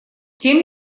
тем